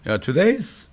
Today's